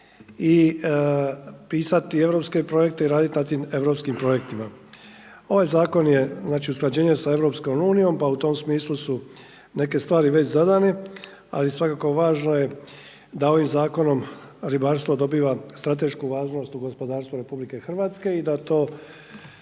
i pisati europske projekte i radit na tim europskim projektima. Ovaj zakon je, znači usklađenje sa EU, pa u tom smislu su neke stvari već zadane. Ali svakako važno je da ovim zakonom ribarstvo dobiva stratešku važnost u gospodarstvu RH i da to